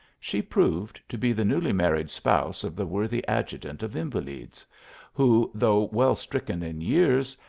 she proved to be the newly married spouse of the worthy adjutant of invalids who, though well stricken in years,